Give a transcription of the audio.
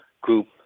group